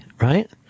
right